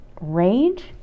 rage